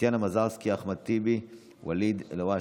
טטיאנה מזרסקי, אחמד טיבי וואליד אלהואשלה.